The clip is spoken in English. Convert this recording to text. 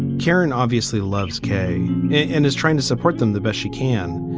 karen obviously loves kay and is trying to support them the best she can,